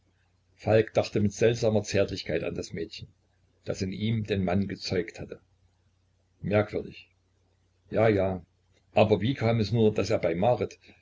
falk dachte mit seltsamer zärtlichkeit an das mädchen das in ihm den mann gezeugt hatte merkwürdig ja ja aber wie kam es nur daß er bei marit